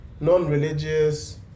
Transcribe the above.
non-religious